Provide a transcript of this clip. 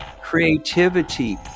creativity